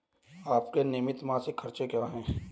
आपके नियमित मासिक खर्च क्या हैं?